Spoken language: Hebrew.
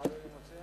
מה אדוני מציע?